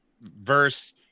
verse